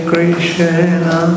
Krishna